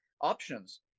options